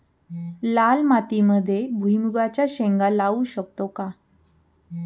लाल मातीमध्ये भुईमुगाच्या शेंगा लावू शकतो का?